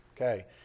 Okay